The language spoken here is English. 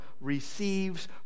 receives